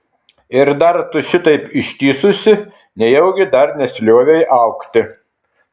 ir dar tu šitaip ištįsusi nejaugi dar nesiliovei augti